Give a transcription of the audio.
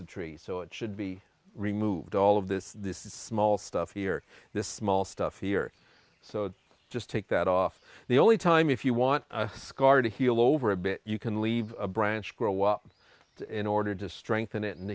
the trees so it should be removed all of this this is small stuff here this small stuff here so just take that off the only time if you want a scar to heal over a bit you can leave a branch grow up in order to strengthen it